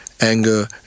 Anger